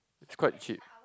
is quite cheap